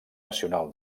nacional